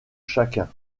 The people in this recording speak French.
chacun